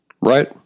Right